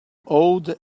owed